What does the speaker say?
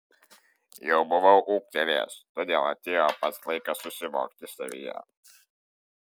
jau buvau ūgtelėjęs todėl atėjo pats laikas susivokti savyje